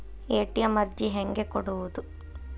ATM ಅರ್ಜಿ ಹೆಂಗೆ ಕೊಡುವುದು?